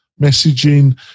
messaging